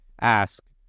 ask